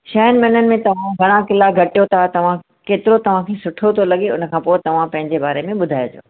छहनि महिनन में तव्हां घणा किला घटियो अथव तव्हां केतिरो तव्हां खे सुठो थो लॻे उन खां पोइ तव्हां पंहिंजे बारे में ॿुधाइजो